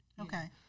Okay